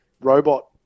robot